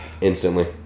instantly